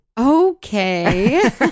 okay